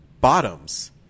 bottoms